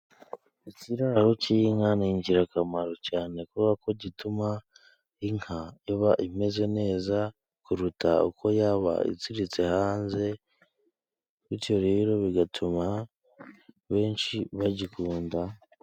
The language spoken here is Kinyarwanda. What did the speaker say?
Ikiraro cy'inka ni ingirakamaro cyane, kubera ko gituma inka iba imeze neza kurusha uko yaba iziritse hanze, bityo rero bigatuma benshi bagikunda.